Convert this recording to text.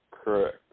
Correct